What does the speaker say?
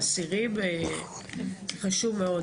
לאסירים זה חשוב מאוד.